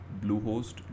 Bluehost